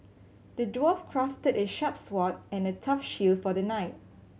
the dwarf crafted a sharp sword and a tough shield for the knight